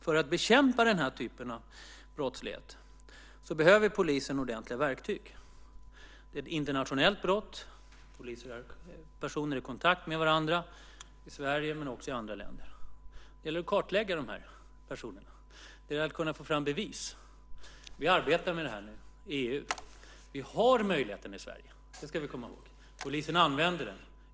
För att bekämpa den här typen av brottslighet behöver polisen ordentliga verktyg. Det är ett internationellt brott. Personer är i kontakt med varandra i Sverige men också i andra länder. Det gäller att kartlägga de personerna och få fram bevis. Vi arbetar nu med detta i EU. Vi har i Sverige denna möjlighet - det ska vi komma ihåg - och polisen använder den.